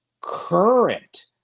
current